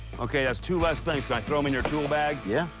okay, that's two less things. can i throw em in your tool bag? yeah.